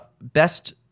best